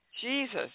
Jesus